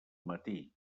matí